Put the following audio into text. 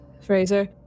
Fraser